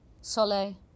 sole